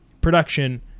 production